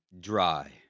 dry